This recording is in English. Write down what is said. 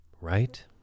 right